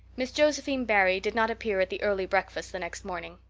miss josephine barry did not appear at the early breakfast the next morning.